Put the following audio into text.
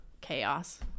chaos